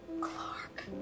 Clark